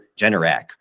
Generac